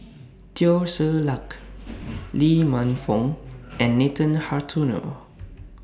Teo Ser Luck Lee Man Fong and Nathan Hartono